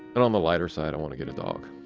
and on the lighter side, i want to get a dog.